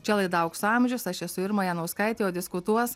čia laida aukso amžiaus aš esu irma janauskaitė o diskutuos